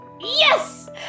Yes